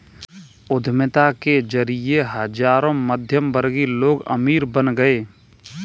उद्यमिता के जरिए हजारों मध्यमवर्गीय लोग अमीर बन गए